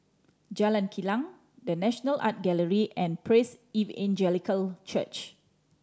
Jalan Kilang The National Art Gallery and Praise Evangelical Church